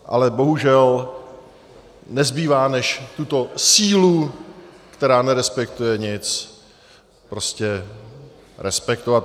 Ale bohužel, nezbývá, než tuto sílu, která nerespektuje nic, prostě... respektovat.